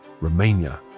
Romania